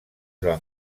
van